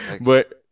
But-